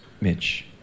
Mitch